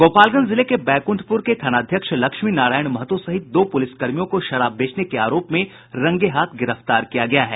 गोपालगंज जिले के बैकुंठपुर के थानाध्यक्ष लक्ष्मी नारायण महतो सहित दो प्रलिस कर्मियों को शराब बेचने के आरोप में रंगे हाथ गिरफ्तार किया गया है